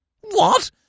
What